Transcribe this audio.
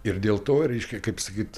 ir dėl to reiškia kaip sakyt